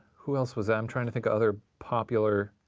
who else was there? i'm trying to think of other popular.